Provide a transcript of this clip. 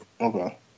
Okay